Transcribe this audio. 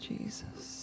Jesus